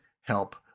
help